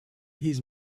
his